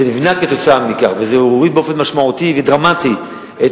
זה נבנה כתוצאה מכך וזה הוריד באופן משמעותי ודרמטי את